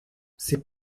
c’est